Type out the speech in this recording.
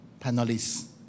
panelists